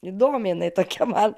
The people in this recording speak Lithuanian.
įdomiai jinai tokia man